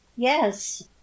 Yes